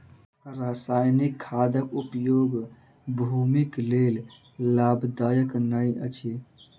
रासायनिक खादक उपयोग भूमिक लेल लाभदायक नै अछि